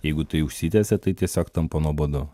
jeigu tai užsitęsia tai tiesiog tampa nuobodu